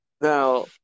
Now